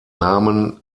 namen